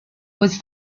was